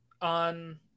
on